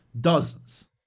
dozens